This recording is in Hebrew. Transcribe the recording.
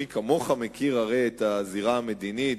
מי כמוך מכיר את הזירה המדינית,